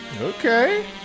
Okay